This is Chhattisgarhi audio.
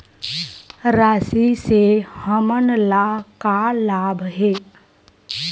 राशि से हमन ला का लाभ हे?